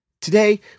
Today